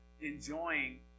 enjoying